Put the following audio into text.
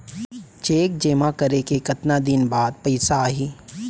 Cheque जेमा करे के कतका दिन बाद पइसा आप ही?